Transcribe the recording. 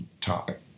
topic